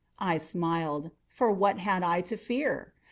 i smiled for what had i to fear?